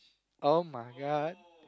!oh-my-god!